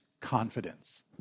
Confidence